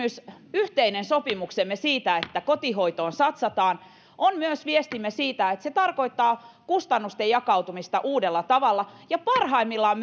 yhteinen sopimuksemme siitä että kotihoitoon satsataan on myös viestimme siitä että se tarkoittaa kustannusten jakautumista uudella tavalla ja parhaimmillaan